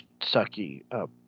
sucky